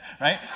right